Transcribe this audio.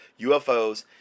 UFOs